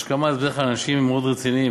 השכמה זה בדרך כלל אנשים מאוד רציניים,